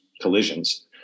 collisions